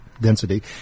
density